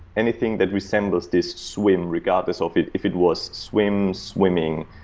anything that resembles this swim regardless if it if it was swim, swimming,